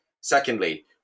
Secondly